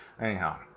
anyhow